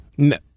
No